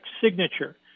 signature